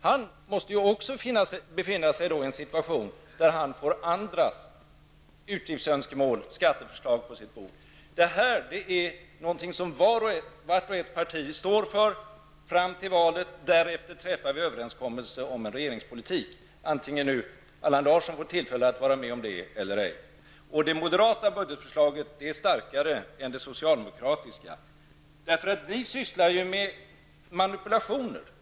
Han måste också befinna sig i en situation där han får andras utgiftsönskemål och skatteförslag på sitt bord. Det här är något som vart och ett parti står för fram till valet. Därefter träffar vi en överenskommelse om en regeringspolitik vare sig Allan Larsson får tillfälle att vara med om det eller ej. Det moderata budgetförslaget är starkare än det socialdemokratiska. Ni sysslar med manipulationer.